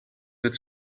its